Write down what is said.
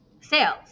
sales